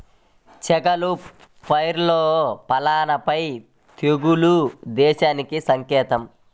చేగల పైరులో పల్లాపై తెగులు దేనికి సంకేతం?